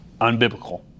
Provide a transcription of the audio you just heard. unbiblical